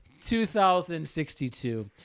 2062